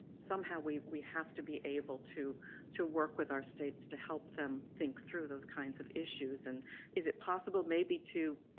somehow we we have to be able to to work with our states to help them think through those kinds of issues. and is it possible maybe to